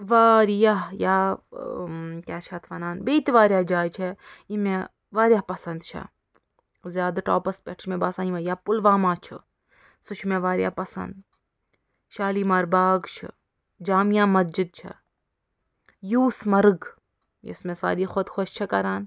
واریاہ یا یا چھِ اَتھ وَنان بیٚیہِ تہِ واریاہ جایہِ چھےٚ یِم مےٚ واریاہ پَسنٛد چھےٚ زیادٕ ٹاپَس پٮ۪ٹھ چھُ مےٚ باسان یِمٕے یا پُلوامہ چھُ سُہ چھُ مےٚ واریاہ پَسنٛد شالِمار باغ چھِ جامعہ مسجَد چھِ یوٗسمرگ یۄس مےٚ ساروی کھۄتہٕ خۄش چھِ کران